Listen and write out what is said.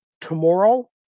tomorrow